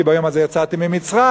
"כי ביום הזה יצאתם ממצרים",